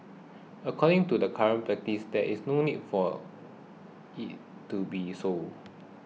according to the current practice there is no need for it to be so